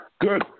Good